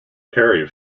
perry